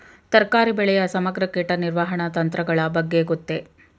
ತರಕಾರಿ ಬೆಳೆಯ ಸಮಗ್ರ ಕೀಟ ನಿರ್ವಹಣಾ ತಂತ್ರಗಳ ಬಗ್ಗೆ ಗೊತ್ತೇ?